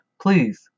please